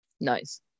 Nice